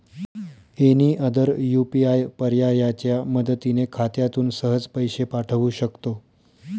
any other UPI पर्यायाच्या मदतीने खात्यातून सहज पैसे पाठवू शकतो